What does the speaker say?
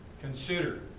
Consider